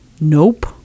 Nope